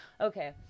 Okay